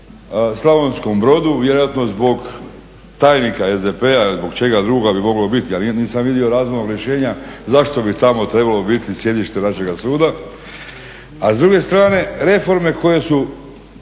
Slavonskom Brodu vjerojatno zbog tajnika SDP-a, zbog čega drugoga bi moglo biti? Ja nisam vidio razumnog rješenja zašto bi tamo trebalo biti sjedište našega suda. A s druge strane reforme koje su